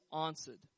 answered